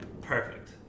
Perfect